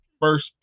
first